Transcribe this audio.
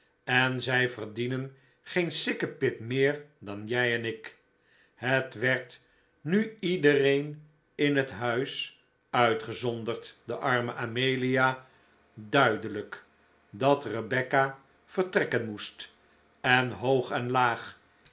en zij verdienen geen sikkepit meer dan jij en ik het werd nu iedereen in het huis uitgezonderd de arme amelia duidelijk dat rebecca vertrekken moest en hoog en laag